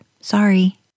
Sorry